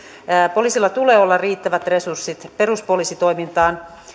poliisilla tulee olla riittävät resurssit peruspoliisitoimintaan